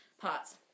parts